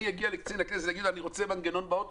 אם אגיע לקצין הכנסת ואגיד שאני רוצה מנגנון באוטו,